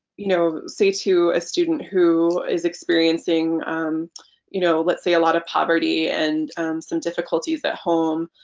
you know say to a student who is experiencing you know let's say a lot of poverty and some difficulties at home,